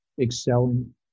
excelling